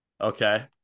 okay